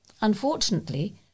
Unfortunately